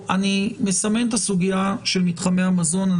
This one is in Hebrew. אני מסמן את הסוגיה הזאת של מתחמי המזון.